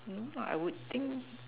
you know I would think